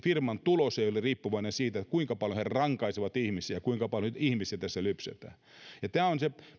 firman tulos ei ole riippuvainen siitä kuinka paljon he rankaisevat ihmisiä kuinka paljon ihmisiä tässä lypsetään tämä on se